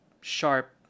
sharp